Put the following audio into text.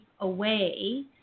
away